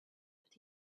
but